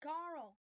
Carl